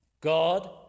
God